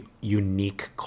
unique